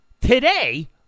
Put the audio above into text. today